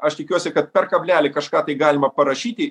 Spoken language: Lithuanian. aš tikiuosi kad per kablelį kažką tai galima parašyti